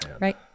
right